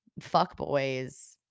fuckboys